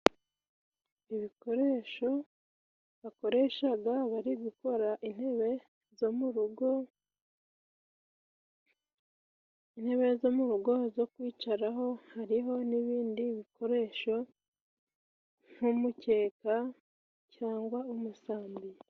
Ibikoresho bakoreshaga bari gukora intebe zo mu rugo zo kwicaraho, hariho n'ibindi bikoresho nk'umukeka cyangwa umusambi.